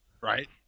Right